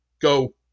go